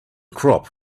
crop